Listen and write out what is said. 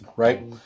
right